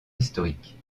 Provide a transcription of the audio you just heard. historique